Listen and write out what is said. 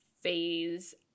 phase